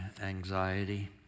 anxiety